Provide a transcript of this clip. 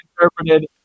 interpreted